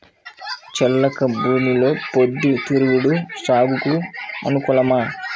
చెలక భూమిలో పొద్దు తిరుగుడు సాగుకు అనుకూలమా?